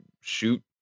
shoot